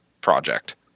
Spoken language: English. Project